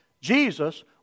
Jesus